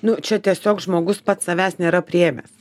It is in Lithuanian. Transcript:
nu čia tiesiog žmogus pats savęs nėra priėmęs